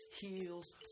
heels